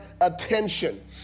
attention